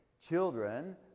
children